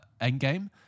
Endgame